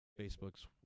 Facebooks